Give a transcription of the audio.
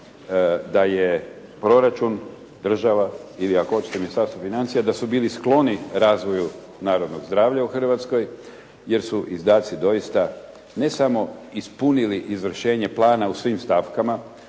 da je proračun, država ili ako hoćete Ministarstvo financija da su bili skloni razvoju narodnog zdravlja u Hrvatskoj jer su izdaci doista ne samo ispunili izvršenje plana u svim stavkama